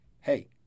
hey